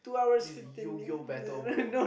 this Yogioh battle bro